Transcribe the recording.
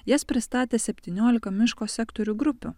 jas pristatė septyniolika miško sektorių grupių